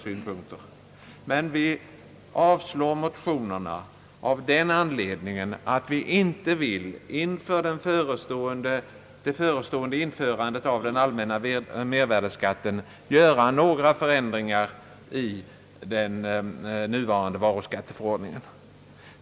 Men vi avstyrker som sagt motionerna av den anledningen att vi inför det förestående införandet av den allmänna mervärdeskatten inte vill göra några ändringar i den gällande varuskatteförordningen.